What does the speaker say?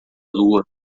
lua